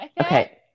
okay